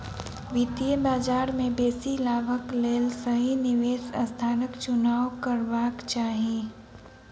वित्तीय बजार में बेसी लाभक लेल सही निवेश स्थानक चुनाव करबाक चाही